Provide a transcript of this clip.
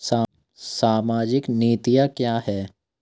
सामाजिक नीतियाँ क्या हैं?